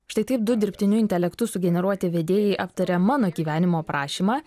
štai taip du dirbtiniu intelektu sugeneruoti vedėjai aptarė mano gyvenimo aprašymą